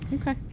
Okay